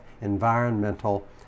environmental